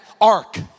ark